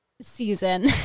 season